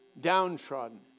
downtrodden